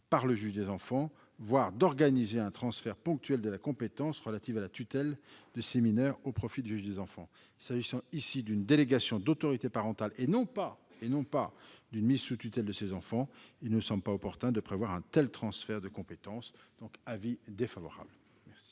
par le juge des enfants, voire d'organiser un transfert ponctuel de la compétence relative à la tutelle de ces mineurs au profit du juge des enfants. S'agissant ici d'une délégation d'autorité parentale et non d'une mise sous tutelle de ces enfants, il ne nous semble pas opportun de prévoir un tel transfert de compétence. Quel est l'avis